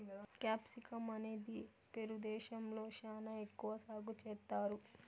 capsicum అనేది Peru దేశంలో శ్యానా ఎక్కువ సాగు చేత్తారు